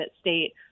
state